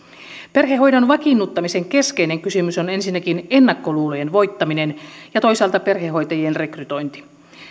perhehoidon vakiinnuttamisen keskeinen kysymys on ensinnäkin ennakkoluulojen voittaminen ja toisaalta perhehoitajien rekrytointi